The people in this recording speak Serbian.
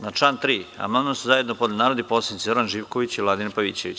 Na član 3. amandman su zajedno podneli narodni poslanici Zoran Živković i Vladimir Pavićević.